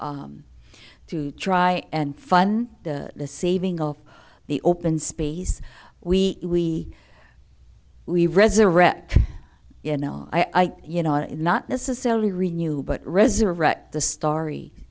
to to try and fun the saving of the open space we we resurrect you know i you know not necessarily renew but resurrect the story